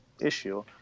issue